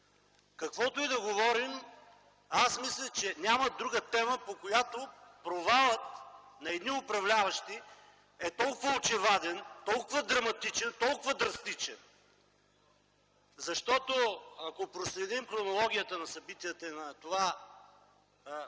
Каквото и да говорим аз мисля, че няма друга тема, по която провалът на едни управляващи е толкова очеваден, толкова драматичен, толкова драстичен. Защото, ако проследим хронологията на събитията и на това, бих